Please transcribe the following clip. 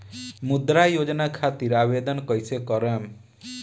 मुद्रा योजना खातिर आवेदन कईसे करेम?